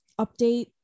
update